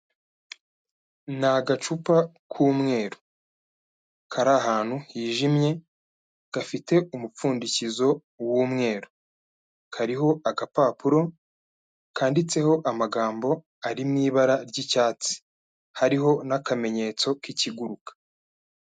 Ni agacupa k'umweru kari ahantu hijimye gafite umupfundikizo w'umweru, kariho agapapuro kanditseho amagambo ari mwibara ry'icyatsi, hariho n'akamenyetso k'ikiguruka.